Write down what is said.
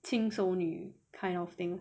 轻熟女 kind of thing